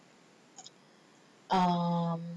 um